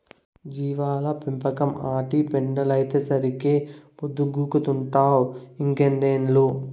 జీవాల పెంపకం, ఆటి పెండలైతేసరికే పొద్దుగూకతంటావ్ ఇంకెన్నేళ్ళు